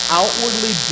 outwardly